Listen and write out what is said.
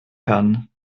kann